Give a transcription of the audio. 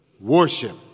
Worship